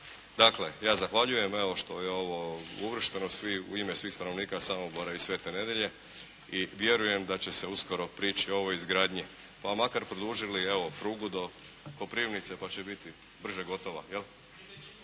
Dakle, ja zahvaljujem evo što je ovo uvršteno u ime svih stanovnika Samobora i Svete Nedelje i vjerujem da će se uskoro prići ovoj izgradnji, pa makar produžili evo prugu do Koprivnice pa će biti brže gotova.